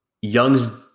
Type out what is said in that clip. Young's